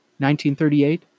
1938